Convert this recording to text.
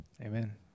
Amen